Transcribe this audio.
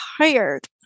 tired